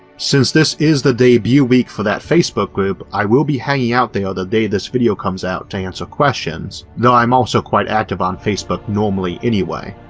since this is the debut week for that facebook group, i will be hanging out there the day this video comes out to answer questions, though i'm quite active on facebook normally anyway.